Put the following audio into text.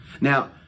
Now